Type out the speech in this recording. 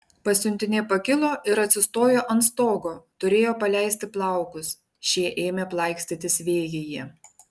pasiuntinė pakilo ir atsistojo ant stogo turėjo paleisti plaukus šie ėmė plaikstytis vėjyje